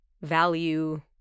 value